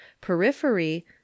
periphery